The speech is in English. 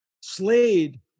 Slade